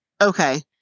okay